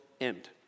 end